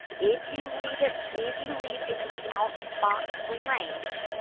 if you leave it, if you leave a count box blank,